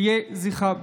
יהא זכרה ברוך.